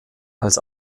als